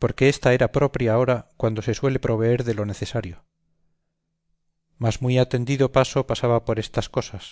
porque ésta era propria hora cuando se suele proveer de lo necesario mas muy a tendido paso pasaba por estas cosas